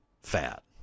fat